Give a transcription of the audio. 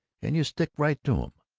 and you stick right to em.